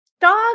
Dog